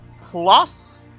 Plus